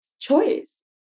choice